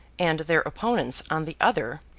and their opponents on the other,